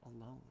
alone